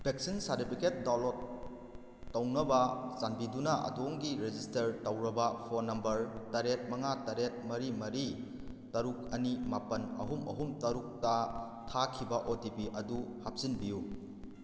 vaccine certificate download ꯇꯧꯅꯕ ꯆꯥꯟꯕꯤꯗꯨꯅ ꯑꯗꯣꯝꯒꯤ ꯔꯦꯖꯤꯁꯇꯔ ꯇꯧꯔꯕ ꯐꯣꯟ ꯅꯝꯕꯔ ꯇꯔꯦꯠ ꯃꯉꯥ ꯇꯔꯦꯠ ꯃꯔꯤ ꯃꯔꯤ ꯇꯔꯨꯛ ꯑꯅꯤ ꯃꯥꯄꯜ ꯑꯍꯨꯝ ꯑꯍꯨꯝ ꯇꯔꯨꯛꯇ ꯊꯥꯈꯤꯕ ꯑꯣ ꯇꯤ ꯄꯤ ꯑꯗꯨ ꯍꯥꯞꯆꯤꯟꯕꯤꯌꯨ